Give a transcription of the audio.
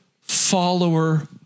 follower